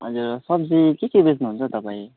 हजुर सब्जी के के बेच्नुहुन्छ हौ तपाईँ